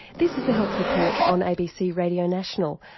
this is the health report on abc radio national,